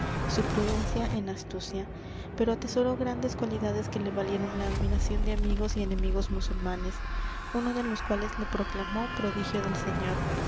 su prudencia en astucia pero atesoró grandes cualidades que le valieron la admiración de amigos y enemigos musulmanes uno de los cuales le proclamó prodigio del señor